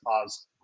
pause